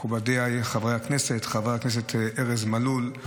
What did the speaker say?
מכובדי חבר הכנסת ארז מלול,